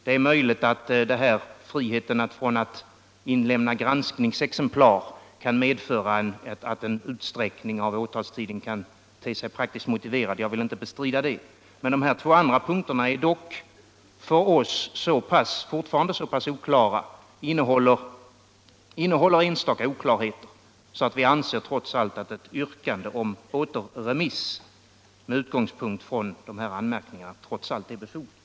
Det är möjligt att befrielsen från skyldighet att inlämna granskningsexemplar kan medföra att en utsträckning av åtalstiden kan te sig praktiskt motiverad. Jag vill inte bestrida det. Men de två andra punkterna är fortfarande så pass oklara för oss —- eller innehåller enstaka oklarheter — att vi trots allt anser att ett yrkande om återremiss med utgångspunkt från dessa anmärkningar är befogat.